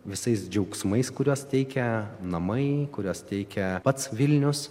visais džiaugsmais kuriuos teikia namai kuriuos teikia pats vilnius